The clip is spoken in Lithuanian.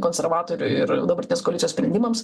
konservatorių ir dabartinės koalicijos sprendimams